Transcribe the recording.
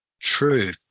true